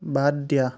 বাদ দিয়া